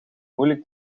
moeilijk